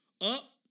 up